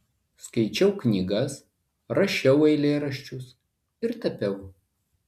skaičiau knygas rašiau eilėraščius ir tapiau